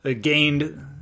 gained